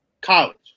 College